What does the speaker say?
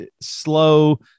slow